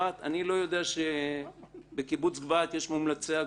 אני לא יודע שבקיבוץ הזה יש מומלצי אגודה.